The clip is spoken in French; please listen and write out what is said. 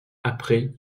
après